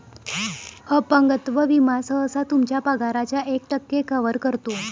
अपंगत्व विमा सहसा तुमच्या पगाराच्या एक टक्के कव्हर करतो